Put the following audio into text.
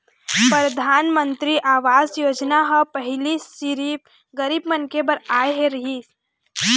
परधानमंतरी आवास योजना ह पहिली सिरिफ गरीब मनखे बर लाए गे रहिस हे